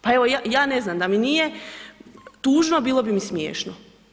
Pa evo, ja ne znam, da mi nije tužno bilo bi mi smiješno.